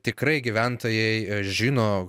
tikrai gyventojai žino